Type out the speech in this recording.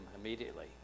immediately